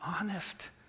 honest